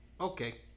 Okay